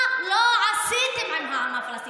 מה לא עשיתם עם העם הפלסטיני,